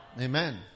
Amen